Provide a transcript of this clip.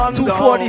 240